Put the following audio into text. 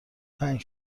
تنگ